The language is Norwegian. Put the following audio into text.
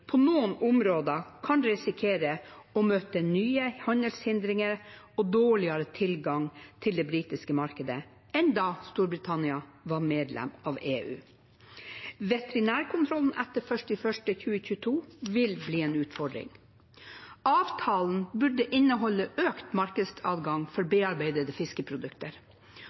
på noen områder kan risikere å møte nye handelshindre og dårligere tilgang til det britiske markedet enn da Storbritannia var medlem av EU. Veterinærkontrollen etter 1. januar 2022 vil bli en utfordring. Avtalen burde inneholde økt markedsadgang for bearbeidede fiskeprodukter,